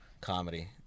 comedy